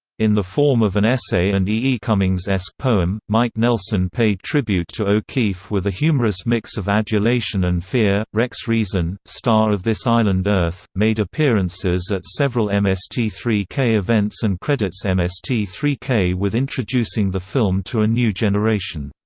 in the form of an essay and e. e. cummings-esque poem, mike nelson paid tribute to o'keeffe with a humorous mix of adulation and fear rex reason, star of this island earth, made appearances at several m s t three k events and credits m s t three k with introducing the film to a new generation.